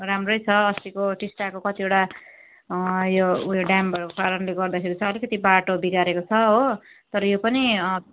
राम्रै छ अस्तिको टिस्टाको कतिवटा यो उयो ड्यामहरूको कारणले गर्दाखेरि चाहिँ अलिकति बाटो बिगारेको छ हो तर यो पनि